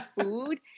food